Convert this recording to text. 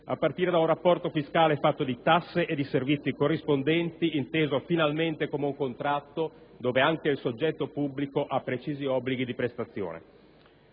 a partire da un rapporto fiscale fatto di tasse e di servizi corrispondenti, inteso finalmente come un contratto, dove anche il soggetto pubblico ha precisi obblighi di prestazione.